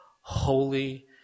holy